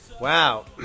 wow